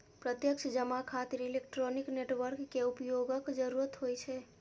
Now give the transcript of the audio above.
प्रत्यक्ष जमा खातिर इलेक्ट्रॉनिक नेटवर्क के उपयोगक जरूरत होइ छै